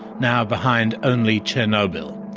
now behind only chernobyl.